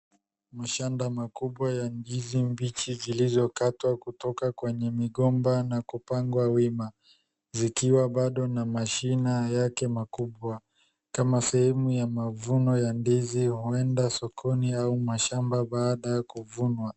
Mashamba makubwa ya ndizi mbichi zilizokatwa kwenye migomba na kupangwa wima zikiwa bado na mashina yake makubwa kama sehemu ya mavuno ya ndizi huenda sokoni au mashamba baada ya kuvunwa.